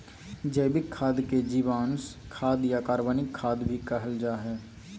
जैविक खाद के जीवांश खाद या कार्बनिक खाद भी कहल जा हइ